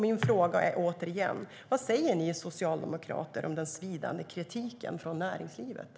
Min frågar blir åter: Vad säger ni socialdemokrater om den svidande kritiken från näringslivet?